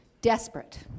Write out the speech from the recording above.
desperate